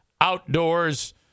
outdoors